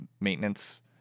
maintenance